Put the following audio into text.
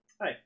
hi